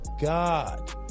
God